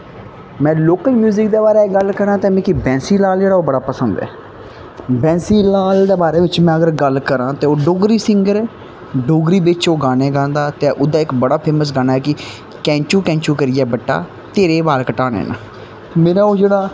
में local music दे बारै गल्ल करां ते मिगी बैंसी लाल जेह्ड़ा ओह् बड़ा पसंद ऐ बैंसी लाला दे बारे च अगर में गल्ल करां ते ओह् डोगरी सिंगर ऐ डोगरी बिच्च ओह् गाने गांदा ते ओह्दा इक बड़ा फेमस गाना ऐ कि कैंचू कैंचू करियै बट्टा तेरे बाल कटाने न मेरा ओह् जेह्ड़ा